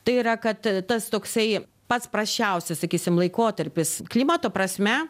tai yra kad tas toksai pats prasčiausias sakysim laikotarpis klimato prasme